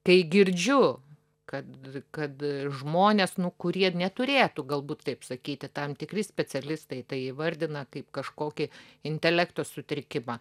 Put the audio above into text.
kai girdžiu kad kad žmonės nu kurie neturėtų galbūt taip sakyti tam tikri specialistai tai įvardina kaip kažkokį intelekto sutrikimą